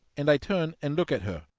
and i turn and look at her.